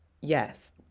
yes